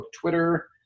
Twitter